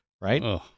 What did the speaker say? right